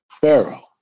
Pharaoh